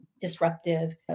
disruptive